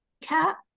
cap